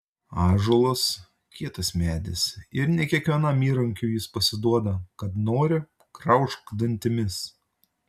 ąžuolas kietas medis ir ne kiekvienam įrankiui jis pasiduoda kad nori graužk dantimis